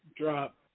Drop